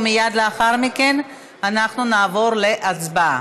מייד לאחר מכן אנחנו נעבור להצבעה.